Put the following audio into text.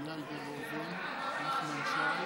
על פי התקנון מותר יותר מאחד,